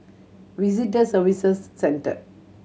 Visitor Services Center